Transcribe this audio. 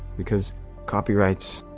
because copyrights,